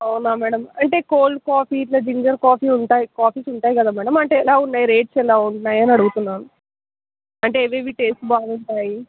అవునా మ్యాడమ్ అంటే cold coffee ఇట్లా జింజిర్ కాఫీ ఉంటాయి కాఫీస్ ఉంటాయి కదా మ్యాడమ్ అంటే ఎలా ఉన్నాయి రేట్స్ ఎలా ఉన్నాయి అని అడుగుతున్నాను అంటే ఏవేవి టేస్ట్ బాగుంటాయి